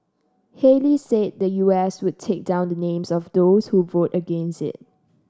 Haley said the U S would take down the names of those who vote against it